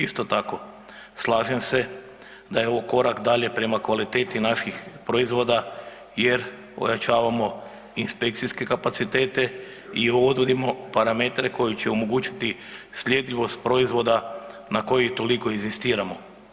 Isto tako, slažem se da je ovo korak dalje prema kvaliteti naših proizvoda jer ojačavamo inspekcijske kapacitete i odvodimo parametre koji će omogućiti sljedivost proizvoda na koji toliko inzistiramo.